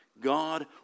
God